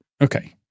Okay